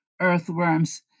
earthworms